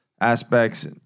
aspects